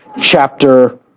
chapter